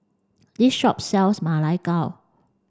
this shop sells Ma Lai Gao